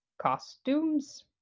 costumes